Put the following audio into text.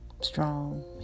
strong